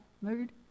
mood